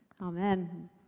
Amen